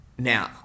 Now